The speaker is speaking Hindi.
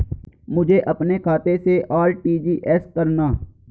मुझे अपने खाते से आर.टी.जी.एस करना?